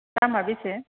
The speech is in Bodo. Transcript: दामा बेसे